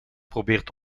probeert